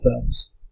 films